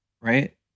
right